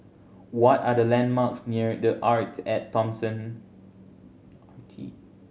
what are the landmarks near The Arte At Thomson